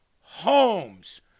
homes